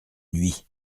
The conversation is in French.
nuit